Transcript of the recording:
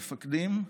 מפקדים,